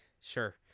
Sure